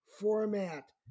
format